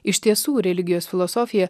iš tiesų religijos filosofija